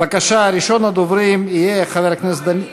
בבקשה, ראשון הדוברים יהיה חבר הכנסת דניאל,